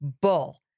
bull